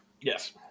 Yes